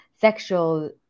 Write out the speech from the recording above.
sexual